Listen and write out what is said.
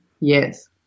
Yes